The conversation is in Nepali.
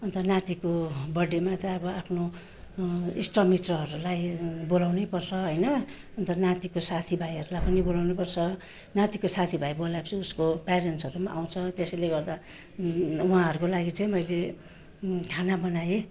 अन्त नातिको बर्थडेमा त अब आफ्नो इष्ट मित्रहरूलाई बोलाउँनै पर्छ होइन अन्त नातिको साथी भाइहरूलाई पनि बोलाउनु पर्छ नातीको साथी भाइ बोलाएपछि उसको प्यारेन्टसहरू पनि आउँछ त्यसैले गर्दा उहाँहरूको लागि चाहिँ मैले खाना बनाएँ